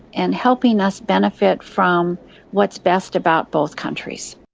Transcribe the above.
and helping us benefit from what's best about both countries.